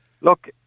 Look